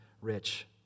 rich